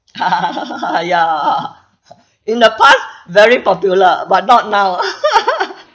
ya in the past very popular but not now